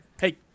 Hey